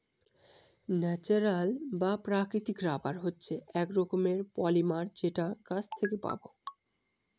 natural বা প্রাকৃতিক rubber হচ্ছে এক রকমের পলিমার যেটা গাছ থেকে পাবো